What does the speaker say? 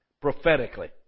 Prophetically